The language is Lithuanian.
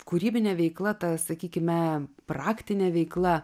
kūrybinė veikla ta sakykime praktinė veikla